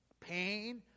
pain